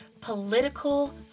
political